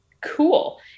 cool